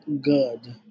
good